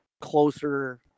closer